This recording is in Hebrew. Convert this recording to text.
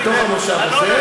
בתוך המושב הזה,